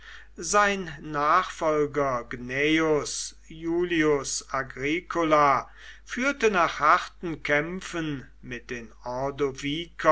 sein nachfolger gnaeus iulius agricola führte nach harten kämpfen mit den